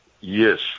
yes